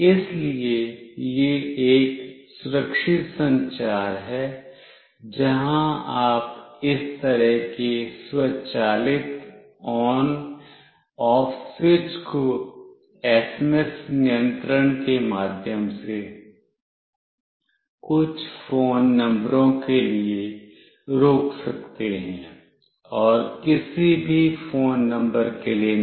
इसलिए यह एक सुरक्षित संचार है जहां आप इस तरह के स्वचालित ON OFF स्विच को एसएमएस नियंत्रण के माध्यम से कुछ फोन नंबरों के लिए रोकसकते हैं और किसी भी फोन नंबर के लिए नहीं